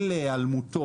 להיעלמותו.